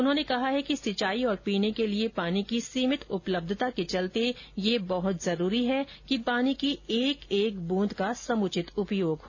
उन्होंने कहा है कि सिंचाई और पीने के लिए पानी की सीमित उपलब्धता के चलते यह बहत आवश्यक है कि पानी की एक एक ब्रंद का समुचित उपयोग हो